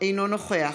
נוכח